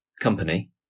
company